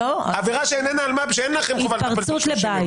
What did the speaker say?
עבירה שאיננה אלמ"ב שאין לכם חובת --- התפרצות לבית.